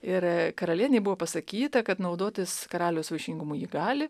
ir karalienei buvo pasakyta kad naudotis karaliaus vaišingumu ji gali